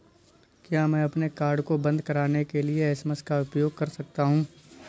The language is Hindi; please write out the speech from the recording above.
क्या मैं अपने कार्ड को बंद कराने के लिए एस.एम.एस का उपयोग कर सकता हूँ?